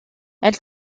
elle